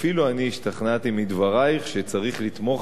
אפילו אני השתכנעתי מדברייך שצריך לתמוך